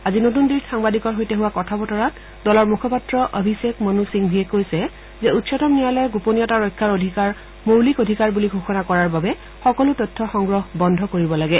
আজি নতুন দিল্লীত সাংবাদিকৰ সৈতে হোৱা কথা বতৰাত দলৰ মুখপাত্ৰ অভিষেক মনু সিংভিয়ে কৈছে যে উচ্চতম ন্যায়ালয়ে গোপনীয়তা ৰক্ষাৰ অধিকাৰ মৌলিক অধিকাৰ বুলি ঘোষণা কৰাৰ বাবে সকলো তথ্য সংগ্ৰহ বন্ধ কৰিব লাগে